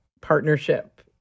Partnership